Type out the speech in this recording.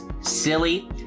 silly